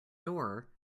door